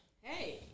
Hey